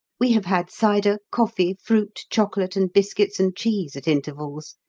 we have had cider, coffee, fruit, chocolate, and biscuits-and-cheese at intervals.